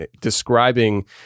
describing